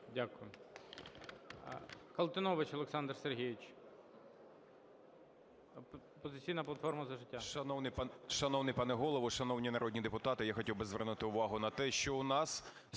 Дякую. Колтунович Олександр Сергійович, "Опозиційна платформа – За життя".